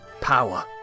power